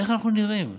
איך אנחנו נראים?